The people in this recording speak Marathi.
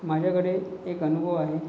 माझ्याकडे एक अनुभव आहे